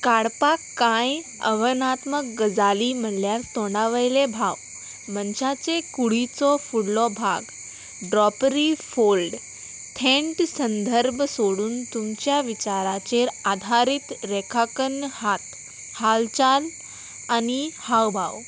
काडपाक कांय अवनात्मक गजाली म्हणल्यार तोंडावयले भाव मनशाचे कुडीचो फुडलो भाग ड्रॉपरी फोल्ड थेंट संदर्भ सोडून तुमच्या विचाराचेर आधारीत रेखाकन हात हालचाल आनी हाव भाव